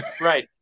Right